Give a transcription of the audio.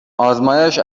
آزمایش